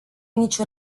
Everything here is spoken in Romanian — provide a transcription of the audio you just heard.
nici